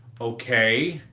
okay,